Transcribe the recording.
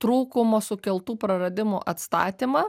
trūkumo sukeltų praradimų atstatymą